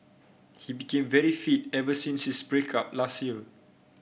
he became very fit ever since his break up last year